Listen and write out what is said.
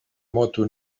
moto